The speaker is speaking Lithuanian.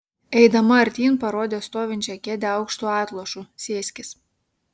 eidama artyn parodė stovinčią kėdę aukštu atlošu sėskis